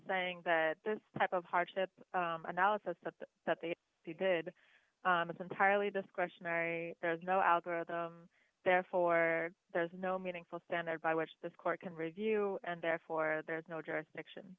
saying that this type of hardship analysis but that they did it entirely discretion i there's no algorithm therefore there's no meaningful standard by which this court can review and therefore there is no jurisdiction